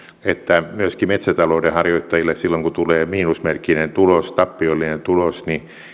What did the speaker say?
että myöskään metsätalouden harjoittajilta silloin kun tulee miinusmerkkinen tulos tappiollinen tulos